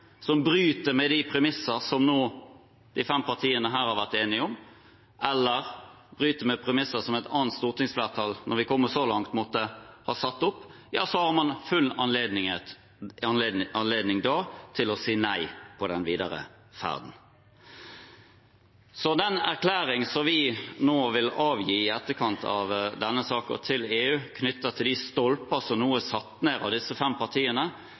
som bryter med de premisser som de fem partiene her nå har vært enige om, eller bryter med premisser som et annet stortingsflertall – når vi kommer så langt – måtte ha satt opp, har man full anledning til da å si nei til den videre ferden. Så den erklæring som vi nå, i etterkant av denne saken, vil avgi til EU, knyttet til de stolper som nå er satt ned av disse fem partiene,